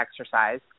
exercise